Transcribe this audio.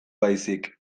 baizik